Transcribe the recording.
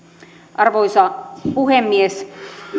arvoisa puhemies